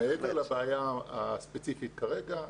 מעבר לבעיה הספציפית כרגע,